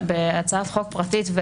בהצעת חוק פרטית,